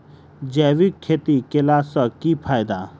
जैविक खेती केला सऽ की फायदा?